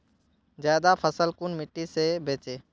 ज्यादा फसल कुन मिट्टी से बेचे?